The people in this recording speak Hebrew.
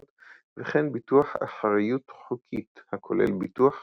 וכן ביטוח אחריות חוקית הכולל ביטוח